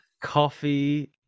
Coffee